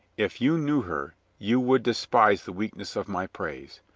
if you knew her, you would despise the weakness of my praise.